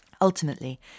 Ultimately